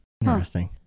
Interesting